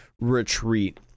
retreat